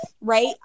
right